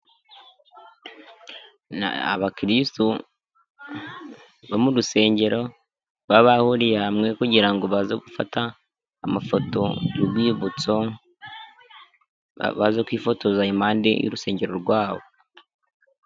Ni abakristu bo mu rusengero baba bahuriye hamwe, kugira ngo baze gufata amafoto y'urwibuttso, baza kwifotoza impande y'urusengero rwabo.